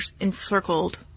encircled